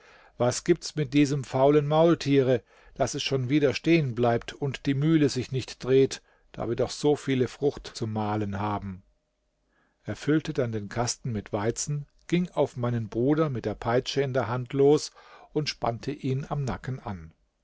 was gibt's mit diesem faulen maultiere daß es schon wieder stehen bleibt und die mühle sich nicht dreht da wir doch so viele frucht zu mahlen haben er füllte dann den kasten mit weizen ging auf meinen bruder mit der peitsche in der hand los und spannte ihn am nacken an